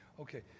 Okay